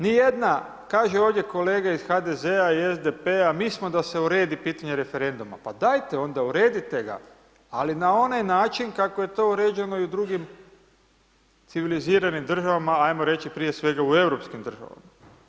Ni jedna, kažu ovdje kolege iz HDZ-a i SDP-a, mi smo da se uredi pitanje referenduma, pa dajte onda, uredite ga, ali na onaj način kako je to uređeno i u drugim civiliziranim državama, ajmo reći prije svega, u europskim državama.